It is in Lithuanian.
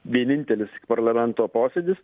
vienintelis parlamento posėdis